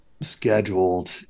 scheduled